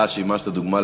שימשתי דוגמה.